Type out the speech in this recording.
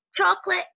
Chocolate